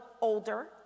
older